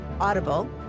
Audible